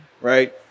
right